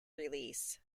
release